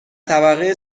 طبقه